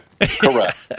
Correct